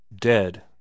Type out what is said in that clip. dead